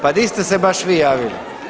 Pa di ste se baš vi javili?